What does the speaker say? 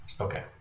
Okay